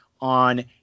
on